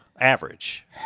average